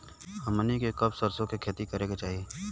हमनी के कब सरसो क खेती करे के चाही?